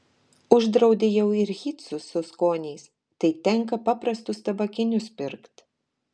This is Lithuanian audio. uždraudė jau ir hytsus su skoniais tai tenka paprastus tabakinius pirkt